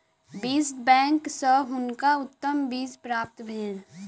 बीज बैंक सॅ हुनका उत्तम बीज प्राप्त भेल